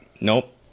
Nope